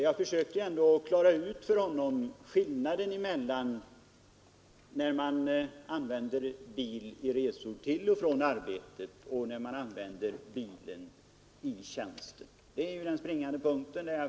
Jag försökte för honom reda ut skillnaden mellan att använda bil vid resor till och från arbetet och att använda bil i tjänsten — det är ju den springande punkten.